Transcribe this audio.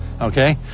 okay